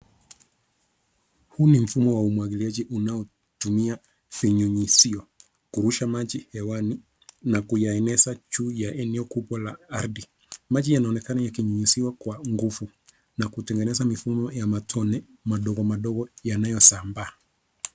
Huu ni mfumo wa umwagiliaji unaotumia vinyunyizio kurusha maji hewani na kuyaeneza juu ya eneo kubwa la ardhi. Maji yanaonekana yakinyuyuziwa kwa nguvu na kutengeneza mifumo ya matone madogo madogo yanayosambaa.